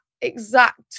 exact